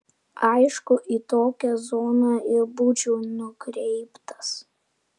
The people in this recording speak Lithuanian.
aišku į tokią zoną ir būčiau nukreiptas